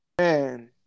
man